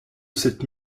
cette